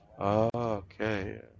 Okay